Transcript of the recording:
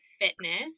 fitness